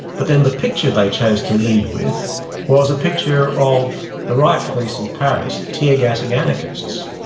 but then the picture they chose to lead with was a picture of the riot police in paris tear-gassing anarchists.